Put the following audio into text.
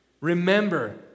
Remember